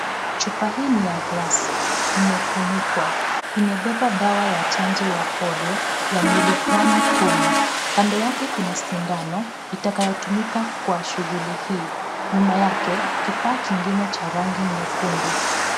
Chupa hii ni ya glassi imefunikwa imebeba dawa ya chanjo ya Polio ya miligramu Kumi, kando yake kuna sindano itakayotumika kwa shughuli hii, nyuma yake kifaa chingine cha rangi nyekundu.